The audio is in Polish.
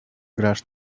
grasz